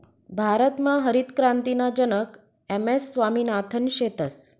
भारतमा हरितक्रांतीना जनक एम.एस स्वामिनाथन शेतस